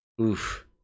Oof